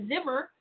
Zimmer